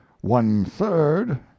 one-third